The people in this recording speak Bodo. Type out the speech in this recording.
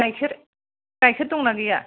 गाइखेर दं ना गैया